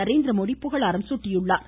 நரேந்திரமோடி புகழாரம் சூட்டியுள்ளார்